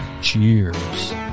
Cheers